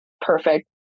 perfect